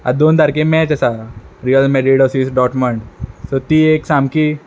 आतां दोन तारके मॅच आसा रियल मॅड्रीड वसीस डॉटमण सो ती एक सामकी